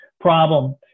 problem